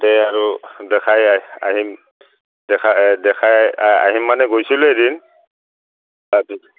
ততে আৰু দেখাই আহ আহিম দেখাই দেখাই আহিম মানে গৈছিলোঁ এদিন